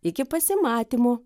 iki pasimatymo